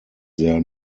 their